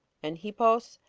and hippos,